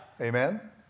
Amen